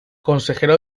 consejero